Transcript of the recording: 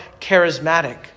charismatic